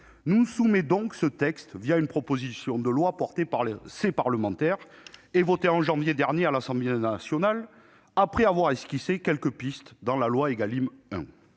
nous soumet donc ce texte, une proposition de loi présentée par son groupe parlementaire et votée en janvier dernier à l'Assemblée nationale, après avoir esquissé quelques pistes dans la loi Égalim 1.